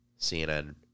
CNN